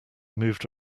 moved